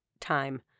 time